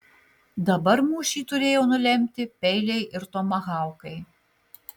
dabar mūšį turėjo nulemti peiliai ir tomahaukai